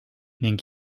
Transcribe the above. ning